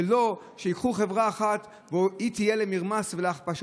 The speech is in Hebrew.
ולא שייקחו חברה אחת שהיא תהיה למרמס ולהכפשות